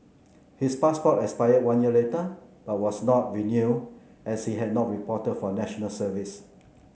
his passport expired one year later but was not renewed as he had not reported for National Service